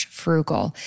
frugal